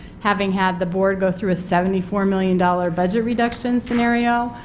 having had the board go through a seventy four million dollars budget reduction scenario,